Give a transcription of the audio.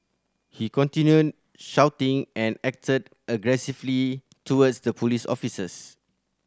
he continued shouting and acted aggressively towards the police officers